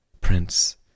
Prince